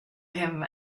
him